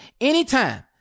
anytime